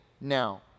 now